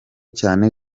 cyane